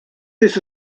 this